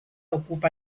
ocupa